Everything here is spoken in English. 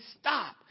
stop